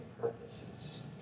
purposes